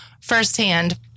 firsthand